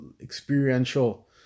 experiential